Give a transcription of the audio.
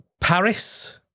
Paris